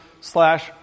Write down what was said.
slash